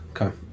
Okay